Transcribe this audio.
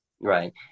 Right